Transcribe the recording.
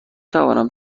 توانم